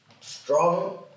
strong